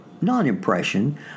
non-impression